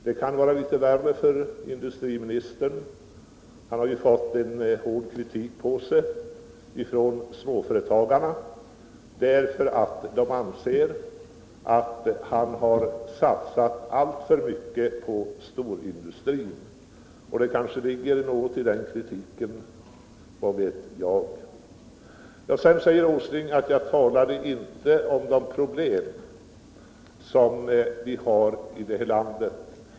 Det kan vara litet värre för industriministern; han har ju fått hård kritik på sig från småföretagarna, eftersom de anser att han har satsat alltför mycket på storindustrin. Det kanske ligger något i den kritiken, vad vet jag. Sedan påstod herr Åsling att jag inte talade om de problem som vi har i det här landet.